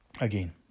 again